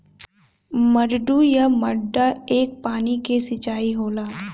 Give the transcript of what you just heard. मड्डू या मड्डा एक पानी क सिंचाई होला